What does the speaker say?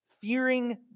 fearing